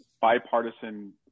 bipartisan